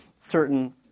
certain